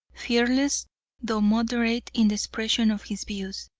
fearless though moderate in the expression of his views,